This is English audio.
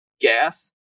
gas